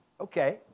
Okay